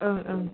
उम उम